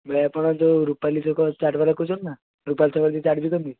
ଭାଇ ଆପଣ ଯେଉଁ ରୁପାଲୀ ଛକ ଚାଟ୍ବାଲା କହୁଛନ୍ତି ନା ରୁପାଲୀ ଛକରେ ଯିଏ ଚାଟ୍ ବିକନ୍ତି